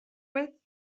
with